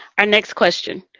our next question.